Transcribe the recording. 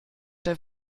der